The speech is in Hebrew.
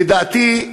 לדעתי,